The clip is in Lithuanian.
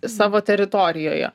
savo teritorijoje